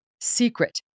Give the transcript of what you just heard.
secret